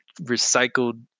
recycled